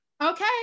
okay